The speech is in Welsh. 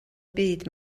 byd